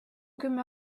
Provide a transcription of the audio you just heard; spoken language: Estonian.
kümme